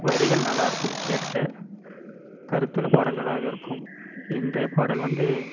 வரிகள் நல்லா இருக்கும் கேட்க கருத்துள்ள பாடல்களாக இருக்கும் இன்றைய பாடல் வந்து